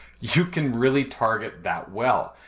you can really target that well.